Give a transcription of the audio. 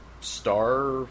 Star